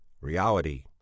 reality